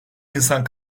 insan